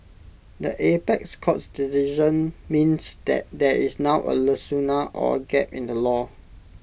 the apex court's decision means that there is now A lacuna or A gap in the law